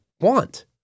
want